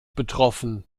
betroffen